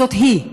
זה היא.